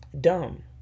dumb